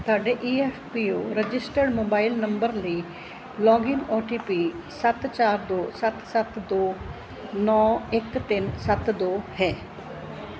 ਤੁਹਾਡੇ E F P O registered mobile number ਲਈ login O T P ਸੱਤ ਚਾਰ ਦੋ ਸੱਤ ਸੱਤ ਦੋ ਨੌਂ ਇੱਕ ਤਿੰਨ ਸੱਤ ਦੋ ਹੈ